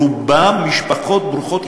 רובם משפחות ברוכות ילדים.